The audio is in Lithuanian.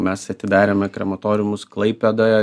mes atidarėme krematoriumus klaipėdoje